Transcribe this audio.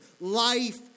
life